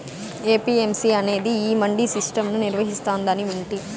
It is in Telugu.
ఏ.పీ.ఎం.సీ అనేది ఈ మండీ సిస్టం ను నిర్వహిస్తాందని వింటి